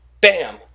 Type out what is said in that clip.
bam